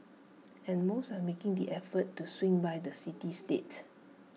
and most are still making the effort to swing by the city state